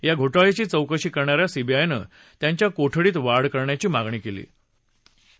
या घोटाळ्याची चौकशी करणा या सीबीआयनं त्यांच्या कोठडीत वाढ करण्याची मागणी कल्ली होती